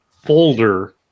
folder